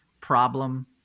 problem